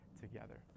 together